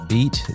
Beat